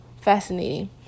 fascinating